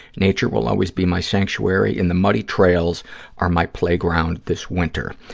nature will always be my sanctuary, and the muddy trails are my playground this winter.